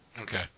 Okay